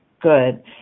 good